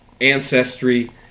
ancestry